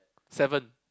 seven